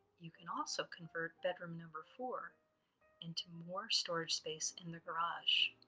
you can also convert bedroom number four into more storage space in the garage.